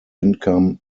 income